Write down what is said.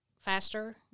faster